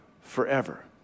forever